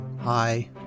Hi